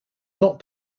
not